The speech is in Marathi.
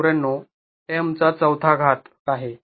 ३९९४m 4 आहे